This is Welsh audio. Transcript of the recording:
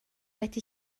wedi